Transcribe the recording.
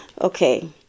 okay